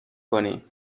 کنی